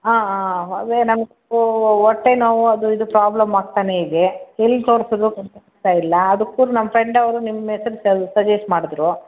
ಹಾಂ ಹಾಂ ಹಾಂ ಅವೇ ನಮ್ಮದು ಹೊಟ್ಟೆ ನೋವು ಅದು ಇದು ಪ್ರಾಬ್ಲಮ್ ಆಗ್ತಾನೇ ಇದೆ ಎಲ್ಲಿ ತೋರ್ಸಿದ್ರೂ ಕಮ್ಮಿ ಆಗ್ತಾಯಿಲ್ಲ ಅದಕ್ಕೂ ನಮ್ಮ ಫ್ರೆಂಡ್ ಅವರು ನಿಮ್ಮ ಹೆಸರು ಸಜೆಸ್ಟ್ ಮಾಡಿದರು